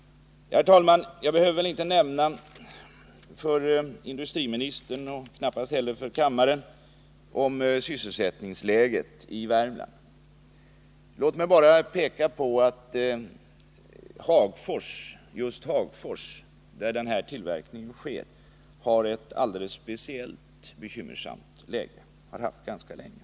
Herr talman! Jag behöver väl inte erinra industriministern och knappast heller kammarens ledamöter om sysselsättningsläget i Värmland. Låt mig bara peka på att just Hagfors, där den här tillverkningen bedrivs, har ett alldeles speciellt bekymmersamt läge och har haft det ganska länge.